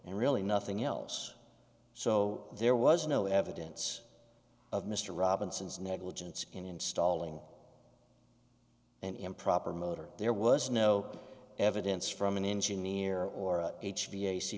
and really nothing else so there was no evidence of mr robinson's negligence in installing an improper motor there was no evidence from an engineer or h